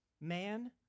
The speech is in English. man